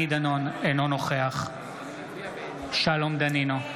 אינו נוכח שלום דנינו,